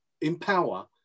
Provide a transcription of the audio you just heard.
empower